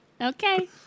Okay